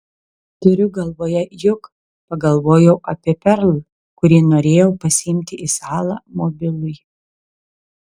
turiu galvoje juk pagalvojau apie perl kuri norėjo pasiimti į salą mobilųjį